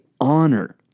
honor